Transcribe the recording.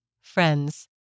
friends